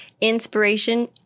inspiration